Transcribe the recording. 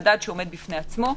מדד שעומד בפני עצמו.